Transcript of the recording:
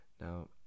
Now